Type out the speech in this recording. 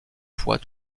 fois